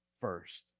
first